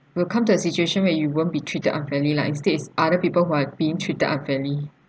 will come to a situation where you won't be treated unfairly lah instead it's other people who are being treated unfairly